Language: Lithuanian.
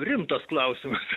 rimtas klausimas